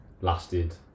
lasted